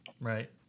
Right